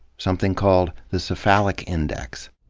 something called the cephalic index.